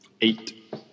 Eight